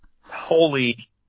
Holy